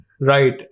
Right